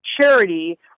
charity